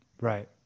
Right